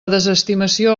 desestimació